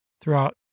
throughout